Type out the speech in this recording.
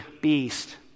beast